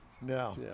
No